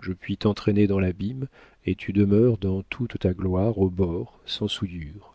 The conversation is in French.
je puis t'entraîner dans l'abîme et tu demeures dans toute ta gloire au bord sans souillure